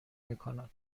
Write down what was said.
میکنن